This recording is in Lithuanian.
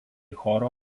choro